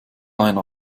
einer